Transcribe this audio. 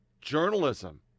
Journalism